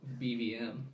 BVM